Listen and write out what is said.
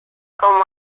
como